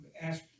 ask